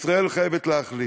ישראל חייבת להחליט".